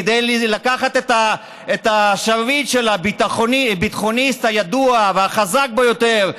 כדי לקחת את השרביט של הביטחוניסט הידוע והחזק ביותר,